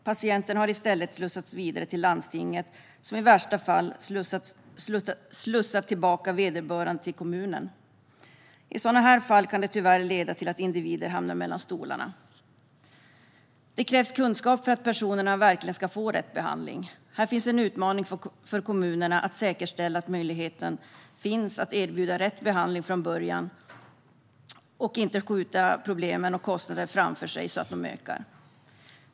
Patienterna har i stället slussats vidare till landstinget, som i värsta fall har slussat tillbaka vederbörande till kommunen. I fall som dessa kan något sådant i värsta fall leda till att individer tyvärr hamnar mellan stolarna. Det krävs kunskap för att personerna verkligen ska få rätt behandling. Kommunerna har här en utmaning med att säkerställa att möjligheten finns att från början erbjuda rätt behandling, och inte skjuta problemen och kostnaderna framför sig så att de ökar.